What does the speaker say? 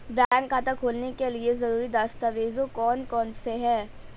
Bank खाता खोलने के लिए ज़रूरी दस्तावेज़ कौन कौनसे हैं?